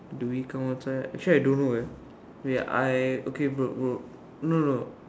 do we count actually actually I don't know leh wait I okay wait bro no no